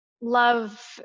love